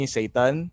Satan